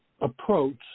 approach